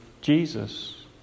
Jesus